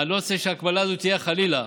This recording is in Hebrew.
אני לא רוצה שההקבלה הזאת תהיה, חלילה,